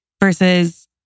versus